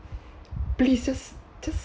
please just just